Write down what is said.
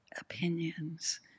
opinions